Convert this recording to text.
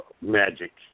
magic